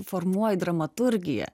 formuoji dramaturgiją